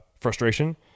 frustration